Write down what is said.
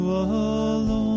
alone